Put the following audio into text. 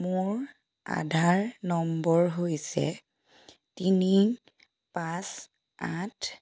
মোৰ আধাৰ নম্বৰ হৈছে তিনি পাঁচ আঠ